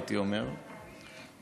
הייתי אומר,